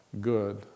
good